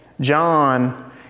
John